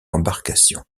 embarcation